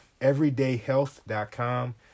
Everydayhealth.com